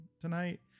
tonight